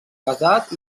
casat